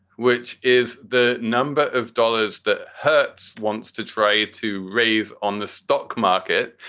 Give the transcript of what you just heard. which is the number of dollars that hertz wants to try to. raise on the stock market,